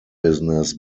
business